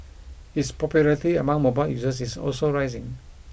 its popularity among mobile users is also rising